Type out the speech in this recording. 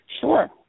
Sure